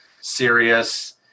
serious